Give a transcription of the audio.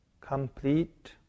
complete